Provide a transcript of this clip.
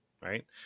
right